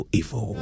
evil